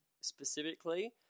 specifically